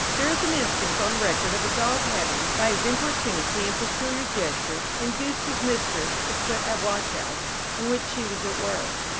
there is an instance on record of a dog having, by his importunity and peculiar gestures, induced his mistress to quit a washhouse in which she was at work,